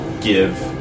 give